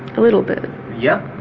a little bit yeah?